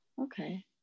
okay